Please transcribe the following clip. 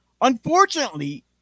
unfortunately